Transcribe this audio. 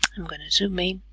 i'm gonna zoom in.